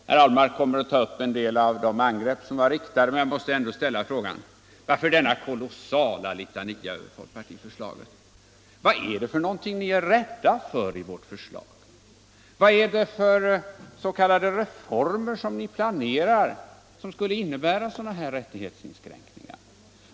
Herr Ahlmark kommer att ta upp en del av de angrepp som riktades mot förslaget, men jag måste ändå ställa frågan: Varför denna kolossala litania över folkpartiförslaget? Vad är det ni är rädda för i vårt förslag? Vad är det för s.k. reformer ni planerar, som skulle innebära sådana här rättighetsinskränkningar?